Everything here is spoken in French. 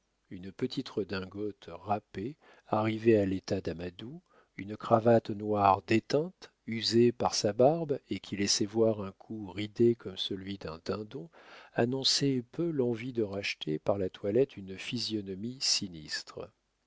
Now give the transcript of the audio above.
une petite redingote râpée arrivée à l'état d'amadou une cravate noire déteinte usée par sa barbe et qui laissait voir un cou ridé comme celui d'un dindon annonçaient peu l'envie de racheter par la toilette une physionomie sinistre